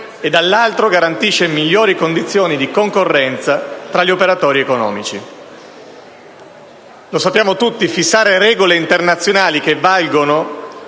dall'altro garantisce migliori condizioni di concorrenza tra gli operatori economici. Lo sappiamo tutti: fissare regole internazionali che valgono